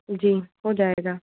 जी हो जाएगा